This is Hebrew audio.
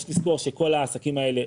יש לזכור שכל העסקים האלה,